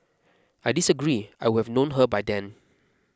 I disagree I would have known her by then